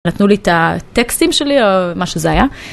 נתנו לי את הטקסטים שלי או מה שזה היה.